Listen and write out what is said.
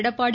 Edappadi